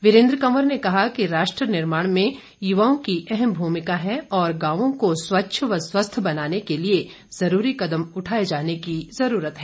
वीरेन्द्र कवर ने कहा कि राष्ट्र निर्माण में युवाओं की अहम भूमिका है और गांवों को स्वच्छ व स्वस्थ बनाने के लिए जरूरी कदम उठाए जाने की जरूरत है